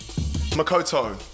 Makoto